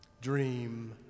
dream